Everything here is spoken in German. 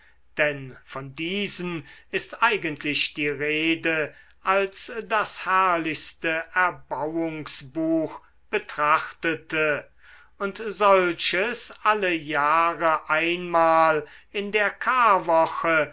denn von diesen ist eigentlich die rede als das herrlichste erbauungsbuch betrachtete und solches alle jahre einmal in der karwoche